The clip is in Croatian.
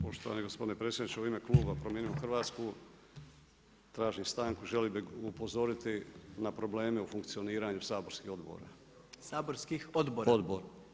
Poštovani gospodine predsjedniče u ime Kluba Promijenimo Hrvatsku, tražim stanku, želim upozoriti na probleme u funkcioniranju saborskih odbora [[Upadica: Saborskih odbora.]] odbor.